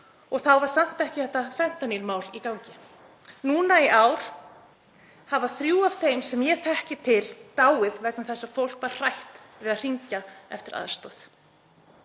og þá var samt ekki þetta fentanýlmál í gangi. Núna í ár hafa þrjú af þeim sem ég þekkti til dáið vegna þess að fólk var hrætt við að hringja eftir aðstoð.